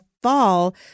Fall